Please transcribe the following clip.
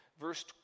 verse